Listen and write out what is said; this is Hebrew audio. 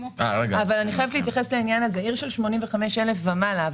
אני חייבת להתייחס לעניין הזה של עיר עם 85,000 תושבים ומעלה.